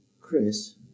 Chris